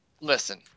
Listen